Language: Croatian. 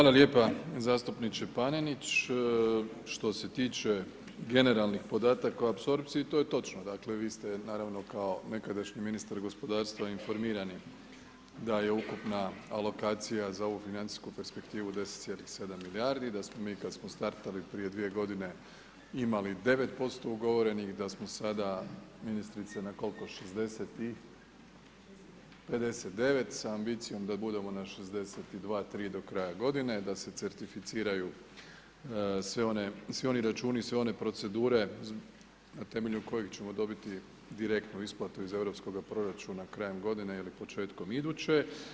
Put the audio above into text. Hvala lijepo zastupniče Panenić, što se tiče generalnih podataka o apsorpciji, to je točno, vi ste naravno, kao nekadašnji ministar gospodarstva informirani da je ukupna alokacija za ovu financijsku perspektivu 10,7 milijardi, da smo mi, da smo startali prije 2 g. imali 9% ugovorenih, da smo sada ministrice na koliko 60 i 59 sa ambicijom da budemo na 62, 3 do kraja g. da se certificiraju svi oni računi i sve one procedure temeljem kojeg ćemo dobiti direktnu isplatu iz europskoga proračuna krajem g. ili početkom iduće.